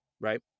right